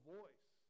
voice